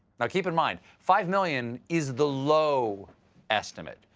now keep in mind, five million is the low estimate,